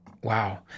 Wow